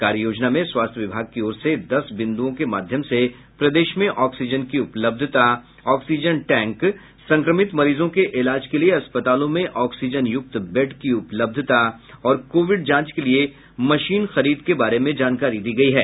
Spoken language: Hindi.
कार्ययोजना में स्वास्थ्य विभाग की ओर से दस बिंद्ओं के माध्यम से प्रदेश में ऑक्सीजन की उपलब्धता ऑक्सीजन टैंक संक्रमित मरीजों के इलाज के लिए अस्पतालों में ऑक्सीजनयुक्त बेड की उपलब्धता और कोविड जांच के लिए मशीन खरीद के बारे में जानकारी दी गयी है